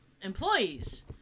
employees